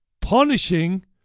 punishing